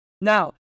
now